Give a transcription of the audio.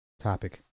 topic